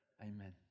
Amen